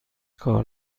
کار